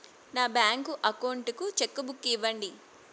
నా bank account కు cheque book ఇవ్వండి